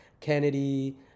Kennedy